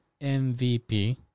MVP